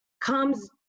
comes